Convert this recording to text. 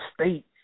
state